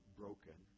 broken